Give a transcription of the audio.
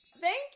Thank